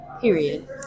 Period